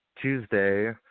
Tuesday